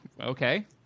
Okay